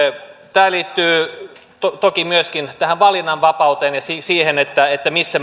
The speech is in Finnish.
tämä liittyy toki myöskin tähän valinnanvapauteen ja siihen missä